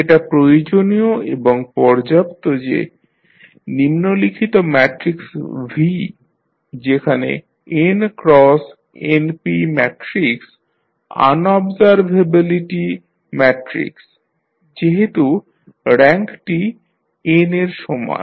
এটা প্রয়োজনীয় এবং পর্যাপ্ত যে নিম্নলিখিত ম্যাট্রিক্স V যেখানে n cross np matrix observability matrix যেহেতু র্যাঙ্কটি n এর সমান